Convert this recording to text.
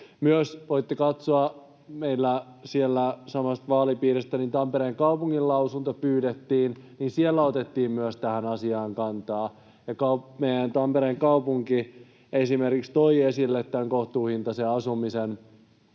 voitte katsoa — olemme samasta vaalipiiristä — Tampereen kaupungin lausunnon, jota pyydettiin. Siellä otettiin myös tähän asiaan kantaa, ja meidän Tampereen kaupunki toi esille esimerkiksi tämän kohtuuhintaisen asumisen